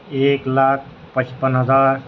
ایک لاکھ پچپن ہزار